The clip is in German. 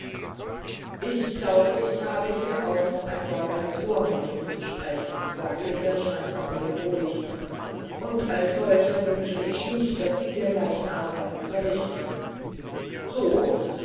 ich glaube ich habe hier auch noch ein wort als vormund mitzusprechen sagte er scheinbar sehr ruhig und als solcher wünsche ich nicht daß sie dergleichen arbeiten verrichten so